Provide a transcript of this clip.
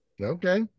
Okay